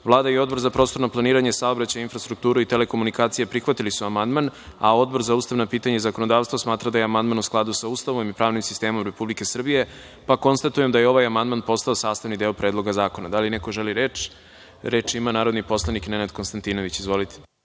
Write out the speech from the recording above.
Rakić. Vlada i Odbor za prostorno planiranje, saobraćaj, infrastrukturu i telekomunikacije prihvatili su amandman. Odbor za ustavna pitanja i zakonodavstvo smatra da je amandman u skladu sa Ustavom i pravnim sistemom Republike Srbije. Konstatujem da je ovaj amandman postao sastavni deo Predloga zakona. Da li neko želi reč? Na naziv iznad člana 153. i član